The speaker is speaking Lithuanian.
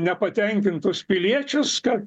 nepatenkintus piliečius kad